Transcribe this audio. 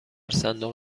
صندوق